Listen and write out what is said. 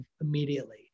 immediately